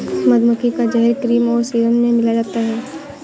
मधुमक्खी का जहर क्रीम और सीरम में मिलाया जाता है